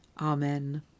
Amen